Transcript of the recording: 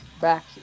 back